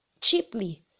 cheaply